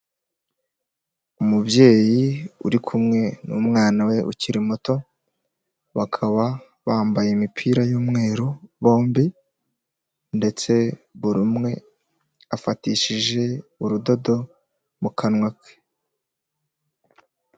Umubyeyi uri kumwe n'umwana we ukiri muto, bakaba bambaye imipira y'umweru bombi ndetse buri umwe afatishije urudodo mu kanwa ke.